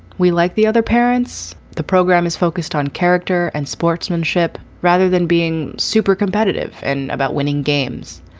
we like the other parents. the program is focused on character and sportsmanship rather than being super competitive and about winning games.